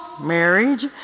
marriage